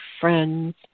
friends